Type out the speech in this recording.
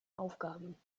aufgaben